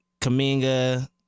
Kaminga